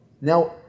Now